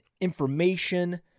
information